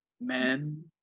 men